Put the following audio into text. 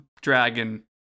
dragon